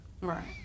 Right